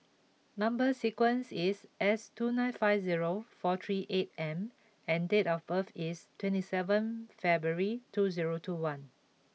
number sequence is S two nine five zero four three eight M and date of birth is twenty seven February two zero two one